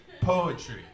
poetry